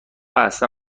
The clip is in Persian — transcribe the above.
اصلا